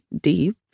deep